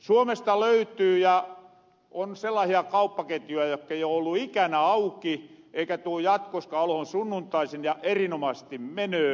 suomesta löytyy sellaisia kauppaketjuja jotka eivät ole ollu ikänä auki eikä tuu jatkoskaan oloon sunnuntaisin ja erinomaisesti menöö